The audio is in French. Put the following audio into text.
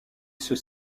ceux